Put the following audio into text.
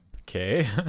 Okay